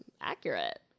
accurate